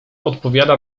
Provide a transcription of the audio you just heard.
odpowiada